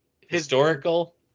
historical